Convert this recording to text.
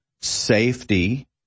safety